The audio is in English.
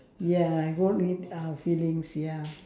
ya won't hurt our feelings ya